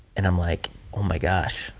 and i'm like oh my gosh,